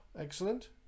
Excellent